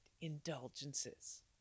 indulgences